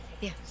Yes